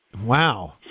Wow